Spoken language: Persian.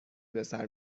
بسر